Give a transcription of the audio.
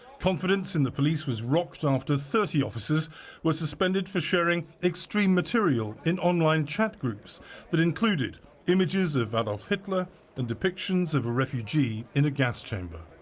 confidence in the police was rocked after thirty officers were suspended for sharing extreme material in online chat rooms that included images of adolf hitler and depictions of a refugee in a gas chamber.